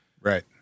right